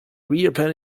reopen